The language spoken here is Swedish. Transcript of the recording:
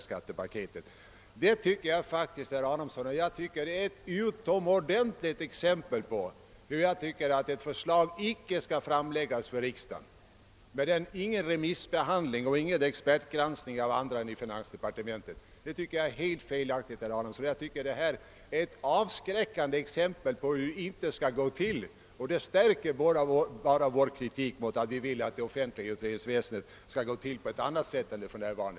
Jag tycker därför, herr Adamsson, att skattepaketet klart visar hur ett förslag inte bör framläggas för riksdagen. Ingen remissbehandling och ingen expertbehandling har skett annat än inom finansdepartementet. Detta är ett felaktigt förfarande och utgör ett avskräckande exempel på hur det inte skall gå till. Och det stärker bara vår kritik. Vi vill att det offentliga utredningsväsendet skall fungera på ett annat sätt än för närvarande.